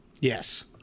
Yes